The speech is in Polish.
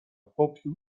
popiół